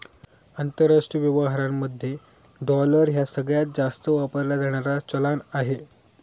आंतरराष्ट्रीय व्यवहारांमध्ये डॉलर ह्या सगळ्यांत जास्त वापरला जाणारा चलान आहे